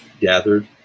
gathered